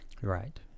right